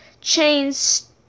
chains-